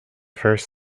first